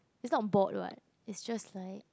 it's not on board right it's just like